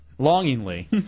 Longingly